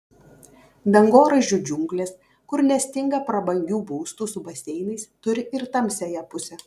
dangoraižių džiunglės kur nestinga prabangių būstų su baseinais turi ir tamsiąją pusę